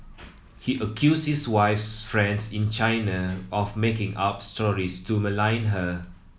he accused his wife's friends in China of making up stories to malign her